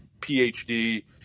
phd